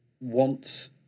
wants